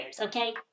okay